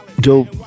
dope